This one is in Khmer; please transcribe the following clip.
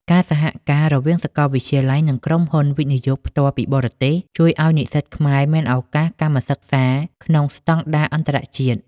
ការសហការរវាងសាកលវិទ្យាល័យ និងក្រុមហ៊ុន វិនិយោគផ្ទាល់ពីបរទេស ជួយឱ្យនិស្សិតខ្មែរមានឱកាសកម្មសិក្សាក្នុងស្ដង់ដារអន្តរជាតិ។